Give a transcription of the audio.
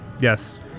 Yes